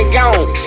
gone